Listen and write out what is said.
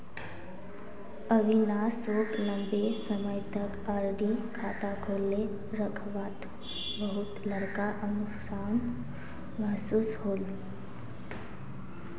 अविनाश सोक लंबे समय तक आर.डी खाता खोले रखवात बहुत बड़का नुकसान महसूस होल